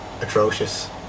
atrocious